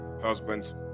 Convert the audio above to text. Husbands